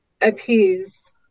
Appease